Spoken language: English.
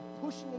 pushing